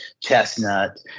chestnut